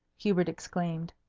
hubert exclaimed.